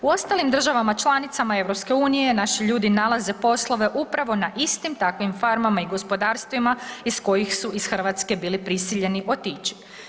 U ostalim državama članicama EU naši ljudi nalaze poslove upravo na istim takvim farmama i gospodarstvima iz kojih su iz Hrvatske bili prisiljeni otići.